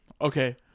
Okay